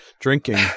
drinking